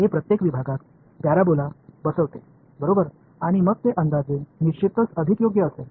हे प्रत्येक विभागात पॅराबोला बसवते बरोबर आणि मग ते अंदाजे निश्चितच अधिक योग्य असेल